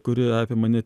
kuri apima ne